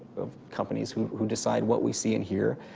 of companies who decide what we see and hear.